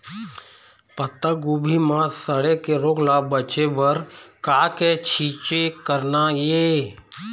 फूलगोभी म सड़े के रोग ले बचे बर का के छींचे करना ये?